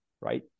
right